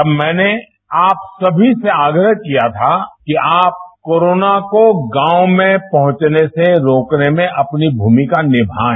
तब मैंने आप सभी से आप्रह किया था कि आप कोरोना को गांव में पहुंचने से रोकने में अपनी भूमिका नियाएं